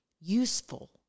useful